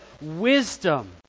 wisdom